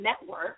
Network